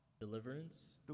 Deliverance